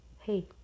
Hey